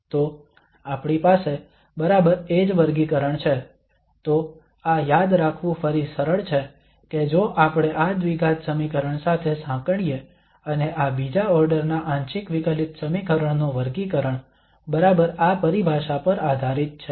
તો આપણી પાસે બરાબર એ જ વર્ગીકરણ છે તો આ યાદ રાખવું ફરી સરળ છે કે જો આપણે આ દ્વિઘાત સમીકરણ સાથે સાંકળીએ અને આ બીજા ઓર્ડર ના આંશિક વિકલિત સમીકરણ નું વર્ગીકરણ બરાબર આ પરિભાષા પર આધારિત છે